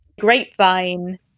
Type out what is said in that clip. grapevine